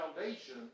foundation